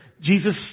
Jesus